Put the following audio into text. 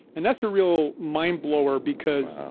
and that's a real mind blower because wow,